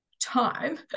time